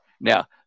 Now